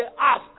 ask